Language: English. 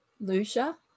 Lucia